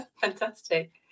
Fantastic